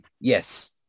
Yes